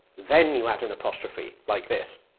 then you add an apostrophe, like this